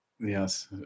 yes